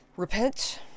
Repent